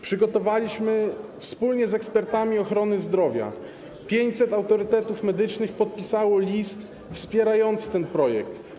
Przygotowaliśmy to wspólnie z ekspertami ochrony zdrowia, 500 autorytetów medycznych podpisało wspierający ten projekt.